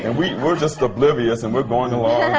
and we're we're just oblivious, and we're going along,